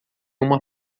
uma